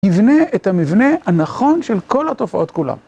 יבנה את המבנה הנכון של כל התופעות כולם.